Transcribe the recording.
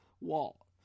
wall